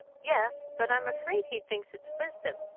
yes but i'm afraid he thinks it's wisdom,